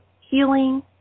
healing